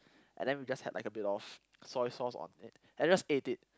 and then we just had a bit of soy sauce on it and we just ate it